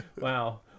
Wow